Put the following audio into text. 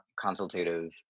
consultative